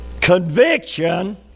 Conviction